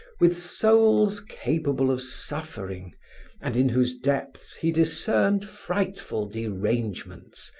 with souls capable of suffering and in whose depths he discerned frightful derangements,